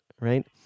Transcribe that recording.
right